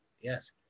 Yes